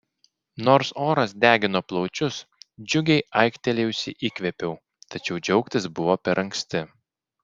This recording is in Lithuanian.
nors oras degino plaučius džiugiai aiktelėjusi įkvėpiau tačiau džiaugtis buvo per anksti